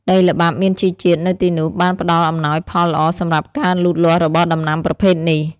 ដីល្បាប់មានជីជាតិនៅទីនោះបានផ្ដល់អំណោយផលល្អសម្រាប់ការលូតលាស់របស់ដំណាំប្រភេទនេះ។